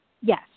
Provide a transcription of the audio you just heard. Yes